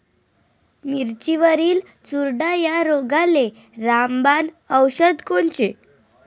मिरचीवरील चुरडा या रोगाले रामबाण औषध कोनचे?